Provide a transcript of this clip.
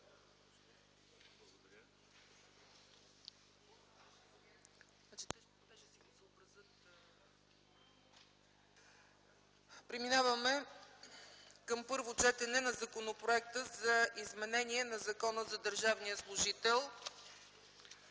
Гласуваме на първо четене Законопроекта за изменение на Закона за държавния служител.